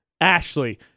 Ashley